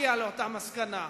הגיע לאותה מסקנה.